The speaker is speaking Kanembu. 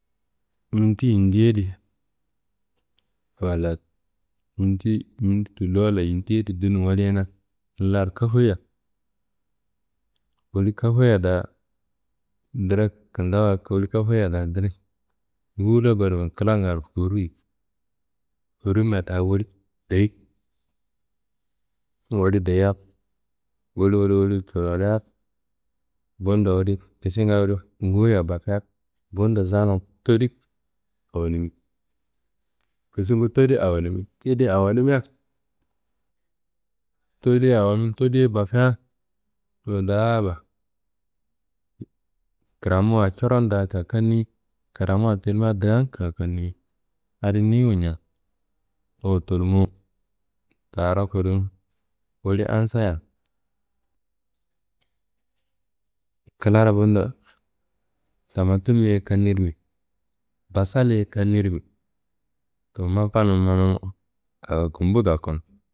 Minti yindi yedi walla minti minti tullo walla yindi yedi dunumu woliyina ngillaro kafoyia, woli kafoyia da direk kindawuwa woli kafoyia da direk nguwulla gonimia klangaro fuwuruyi, fuwurimia da woli deyi, woli deyia woli woli culeria. Bundo woli kisinga woli ngowoya bafia bundo zanum todi awonimi, kisungu todi awonimi. Tedi awonimia, todi awonum todi bafea towo daaba kramuwa coron da kakannimi, kraamuwa tilimia daan kakkannimi adi ni wujina. Towo tulumu daaro kudum woli ansayia, klaro bundo tamatimmi ye kannirimi basalli ye kannirimi kuru mapanum manum awo gumbu gakuno.